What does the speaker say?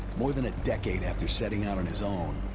more than a decade after setting out on his own,